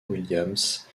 williams